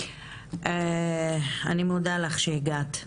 אני מודה לך שהגעת.